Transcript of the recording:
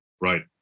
Right